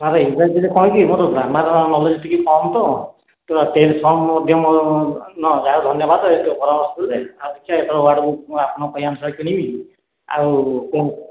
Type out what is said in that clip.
sir ଇଂରାଜୀରେ କଣ କି ମୋର ଗ୍ରାମାର୍ କ୍ନୋଲେଜ୍ ଟିକିଏ କମ୍ ତ ତ ଟେନ୍ସ ଫର୍ମ ମଧ୍ୟ ମୋର ନ ଯା ହେଉ ଧନ୍ୟବାଦ ଏତିକି ପରାମର୍ଶ ଦେଲେ ଆଉ କିଛି ଏଥର ୱାର୍ଡ଼ବୁକ୍ ମୁଁ ଆପଣ କହିବା ଅନୁସାରେ କିଣିବି ଆଉ କଣ